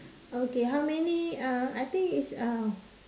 okay how many uh I think is uh